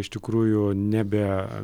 iš tikrųjų nebe